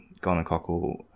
gonococcal